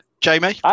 Jamie